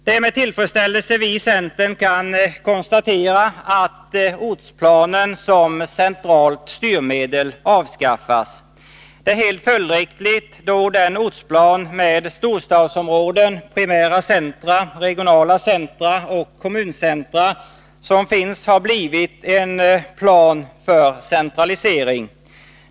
Det är med tillfredsställelse vi i centern kan konstatera att ortsplanen som centralt styrmedel avskaffas. Det är helt följdriktigt då den ortsplan med storstadsområden, primära centra, regionala centra och kommuncentra som finns har blivit en plan för centralisering.